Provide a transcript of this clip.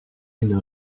une